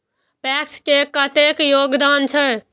PACS के कतेक योगदान छै?